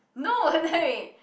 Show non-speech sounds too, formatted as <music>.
no <laughs>